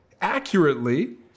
accurately